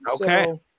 okay